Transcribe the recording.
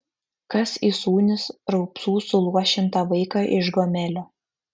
kas įsūnys raupsų suluošintą vaiką iš gomelio